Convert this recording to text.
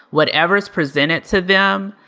whatever is presented to them,